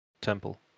temple